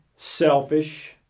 selfish